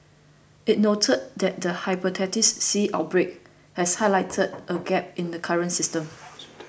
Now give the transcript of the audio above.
it noted that the Hepatitis C outbreak has highlighted a gap in the current system